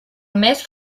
més